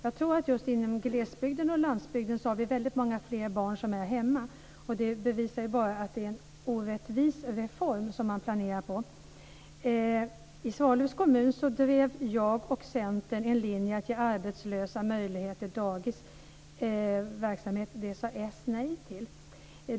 Jag tror att det just inom glesbygden och landsbygden är väldigt många fler barn som är hemma. Det bevisar bara att det är en orättvis reform som man planerar. I Svallövs kommun drev jag och Centern linjen att ge arbetslösa möjlighet till dagisverksamhet. Det sade s nej till.